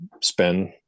spend